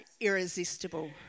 irresistible